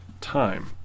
time